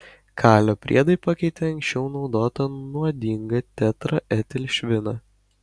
kalio priedai pakeitė anksčiau naudotą nuodingą tetraetilšviną